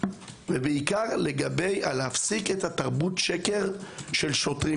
ובעיקר לגבי הפסקת תרבות השקר של שוטרים?